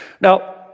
Now